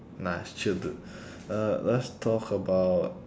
nah it's chill dude uh let's talk about